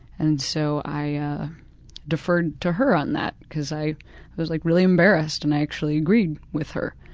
and so i ah deferred to her on that because i was like really embarrassed and i actually agreed with her.